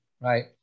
right